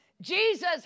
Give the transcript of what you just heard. Jesus